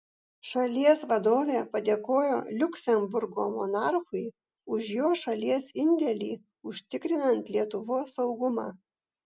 šalies vadovė padėkojo liuksemburgo monarchui už jo šalies indėlį užtikrinant lietuvos saugumą